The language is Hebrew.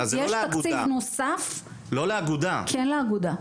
וכן הלאה וכן הלאה,